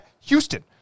Houston